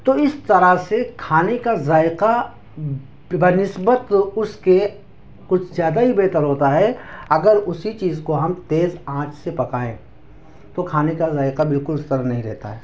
تو اس طرح سے کھانے کا ذائقہ بہ نسبت اس کے کچھ زیادہ ہی بہتر ہوتا ہے اگر اسی چیز کو ہم تیز آنچ سے پکائیں تو کھانے کا ذائقہ بالکل اس طرح نہیں رہتا ہے